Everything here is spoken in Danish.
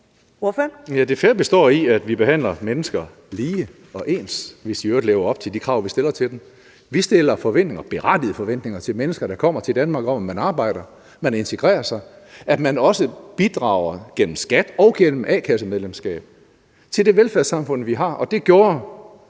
Det fair består i, at vi behandler mennesker lige og ens, hvis de i øvrigt lever op til de krav, vi stiller til dem. Vi stiller berettigede forventninger til mennesker, der kommer til Danmark, om, at man arbejder, at man integrerer sig, at man også bidrager gennem skat og gennem a-kassemedlemskab til det velfærdssamfund, vi har,